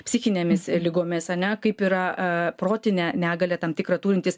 psichinėmis ligomis ane kaip yra protinę negalią tam tikrą turintys